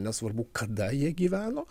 nesvarbu kada jie gyveno